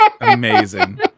Amazing